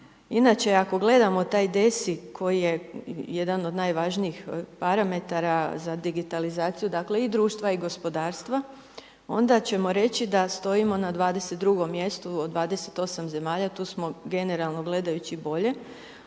Inače ako gledamo taj DESI koji je jedan od najvažnijih parametara za digitalizaciju, dakle i društva i gospodarstva onda ćemo reći da stojimo na 22 mjestu od 28 zemalja. Tu smo generalno gledajući bolji.